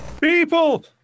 People